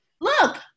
look